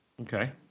Okay